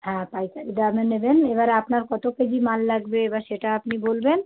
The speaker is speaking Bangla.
হ্যাঁ পাইকারি দামে নেবেন এবার আপনার কত কেজি মাল লাগবে এবার সেটা আপনি বলবেন